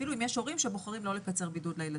אפילו אם יש הורים שבוחרים לא לקצר בידוד לילדים.